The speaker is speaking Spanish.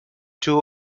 two